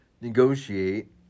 negotiate